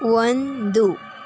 ಒಂದು